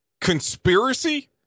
conspiracy